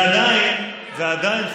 ועדיין,